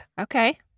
Okay